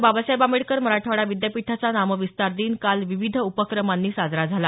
बाबासाहेब आंबेडकर मराठवाडा विद्यापीठाचा नामविस्तार दिन काल विविध उपक्रमांनी साजरा झाला